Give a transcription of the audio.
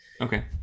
Okay